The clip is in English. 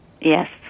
Yes